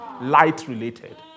light-related